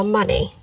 money